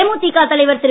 தேமுதிக தலைவர் திரு